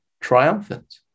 triumphant